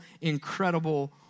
incredible